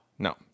No